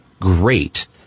great